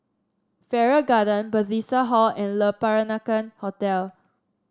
Farrer Garden Bethesda Hall and Le Peranakan Hotel